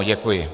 Děkuji.